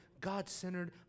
God-centered